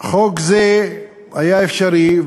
חוק זה היה אפשרי,